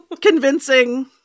convincing